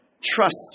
trust